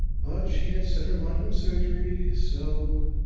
but she had set her mind on surgery so